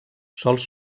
sòls